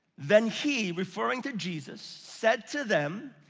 then he, referring to jesus, said to them,